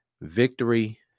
Victory